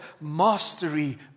mastery